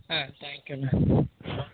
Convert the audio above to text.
ஆ thank you அண்ணா ஆ